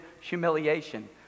humiliation